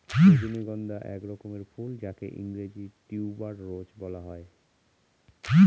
রজনীগন্ধা এক রকমের ফুল যাকে ইংরেজিতে টিউবার রোজ বলা হয়